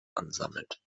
ansammelt